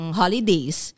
holidays